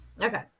Okay